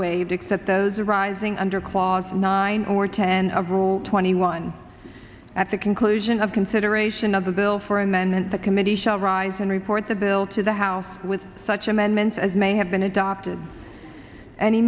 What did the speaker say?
waived except those arising under clause nine or ten of rule twenty one at the conclusion of consideration of the bill for amendment the committee shall arise and report the bill to the house with such amendments as may have been adopted any